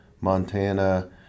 Montana